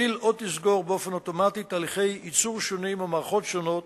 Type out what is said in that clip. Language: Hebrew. ותפעיל או תסגור באופן אוטומטי תהליכי ייצור שונים או מערכות שונות